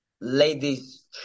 ladies